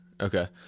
Okay